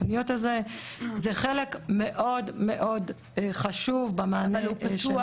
זה חלק מאוד חשוב במענה שניתן.